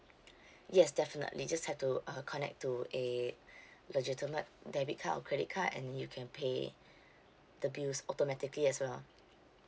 yes definitely just have to uh connect to a legitimate debit card or credit card and you can pay the bills automatically as well